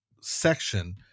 section